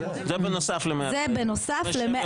זה בנוסף ל-140.